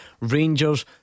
Rangers